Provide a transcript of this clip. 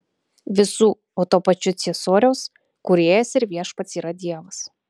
visų o tuo pačiu ciesoriaus kūrėjas ir viešpats yra dievas